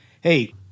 hey